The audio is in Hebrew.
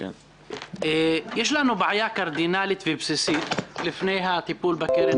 יש לנו בעיה קרדינאלית ובסיסית לפני הטיפול בקרן